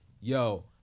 yo